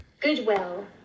Goodwill